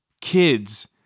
kids